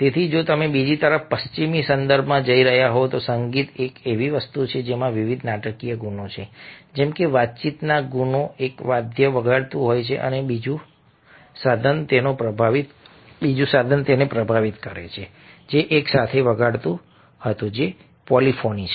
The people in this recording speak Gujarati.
તેથી જો તમે બીજી તરફ પશ્ચિમી સંદર્ભમાં જોઈ રહ્યા હોવ તો સંગીત એ એવી વસ્તુ છે જેમાં વિવિધ નાટકીય ગુણો છે જેમ કે વાતચીતના ગુણો એક વાદ્ય વગાડતું હોય છે અને બીજું સાધન તેને પ્રતિભાવ આપે છે જે એકસાથે વગાડતું હતું જે પોલીફોની છે